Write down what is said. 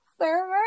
server